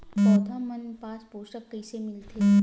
पौधा मन ला पोषण कइसे मिलथे?